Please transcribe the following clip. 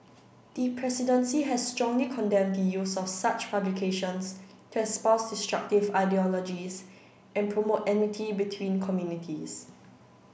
the presidency has strongly condemned the use of such publications to espouse destructive ideologies and promote enmity between communities